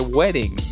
wedding